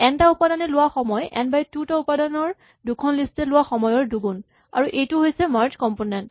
N টা উপাদানে লোৱা সময় এন বাই টু টা উপাদানৰ দুখন লিষ্টে লোৱা সময়ৰ দুগুণ আৰু এইটো হৈছে মাৰ্জ কম্পনেন্ট